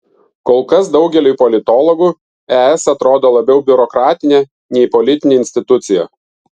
kol kas daugeliui politologų es atrodo labiau biurokratinė nei politinė institucija